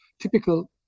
typical